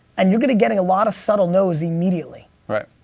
and you're gonna get a lot of subtle noes immediately. right.